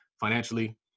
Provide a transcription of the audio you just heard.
financially